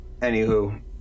Anywho